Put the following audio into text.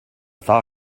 thaw